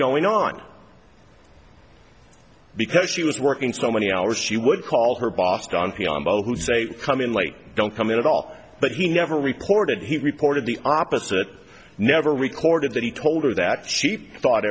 going on because she was working so many hours she would call her boss gone be on by who say come in late don't come in at all but he never reported he reported the opposite never recorded that he told her that she thought